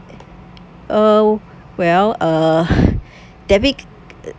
oh well uh debit